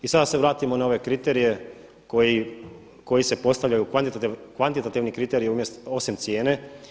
I sad da se vratimo na ove kriterije koji se postavljaju u kvantitativni kriteriji osim cijene.